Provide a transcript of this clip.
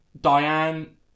Diane